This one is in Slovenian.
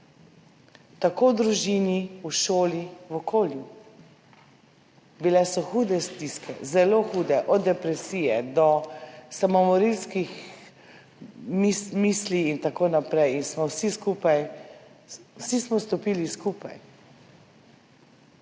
tako v družini, v šoli, v okolju. Bile so hude stiske, zelo hude, od depresije do samomorilskih misli in tako naprej in smo vsi stopili skupaj.